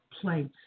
place